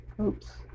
Oops